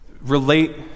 relate